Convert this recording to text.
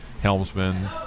Helmsman